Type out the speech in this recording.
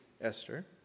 Esther